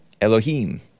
Elohim